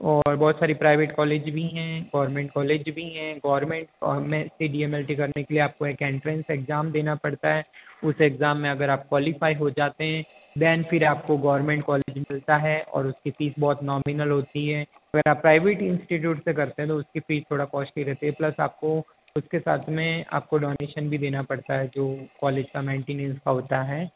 और बहुत सारी प्राइवेट कॉलेज भी हैं और गोवर्मेंट कॉलेज भी हैं गोवर्मेंट कॉलेज से डि एम एल टी करने के लिए आपको एक एंटरेंस एग्जाम देना पड़ता है उस एग्जाम में अगर आप क़्वालीफाइ हो जाते हैं दैन फिर आपको गोवर्मेंट कॉलेज मिलता है और उसकी फीस बहुत नोमीनल होती हैं अगर आप प्राइवेट इंस्टीटूट से करते हैं तो उसकी फीस थोड़ा कॉस्टली रहती है प्लस आपको उसके साथ में आपको डोनेशन भी देना पड़ता है जो कॉलेज का मेन्टेनेन्स का होता है